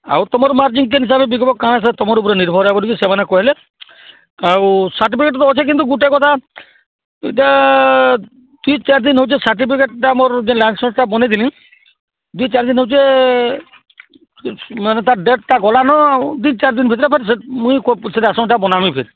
ଆଉ ତୁମର ମାର୍ଜିନ୍ କେନ୍ ହିସାବରେ ବିକିବ କାଣା ସେଇଟା ତୁମର ଉପରେ ନିର୍ଭର ହଏ ବୋଲିକି ସେମାନେ କହିଲେ ଆଉ ସାର୍ଟିଫିକେଟ ତ ଅଛେ କିନ୍ତୁ ଗୁଟେ କଥା ଏଇଟା ଦୁଇ ଚାରି ଦିନ ହେଉଛେ ସାର୍ଟିଫିକେଟଟା ମୋର ଯେନ୍ ଲାଇସେନ୍ସଟା ବନେଇଦେନି ଦୁଇ ଚାରି ଦିନ ହେଉଛେ ମାନେ ତାର୍ ଡେଟ୍ଟା ଗଲାନ ଆଉ ଦୁଇ ଚାରି ଦିନ ଭିତରେ ଫେର୍ ସେ ମୁଇଁ ସେ ଲାଇସେନ୍ସଟା ବନାମି ଫେର